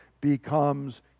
becomes